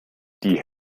die